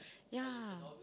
ya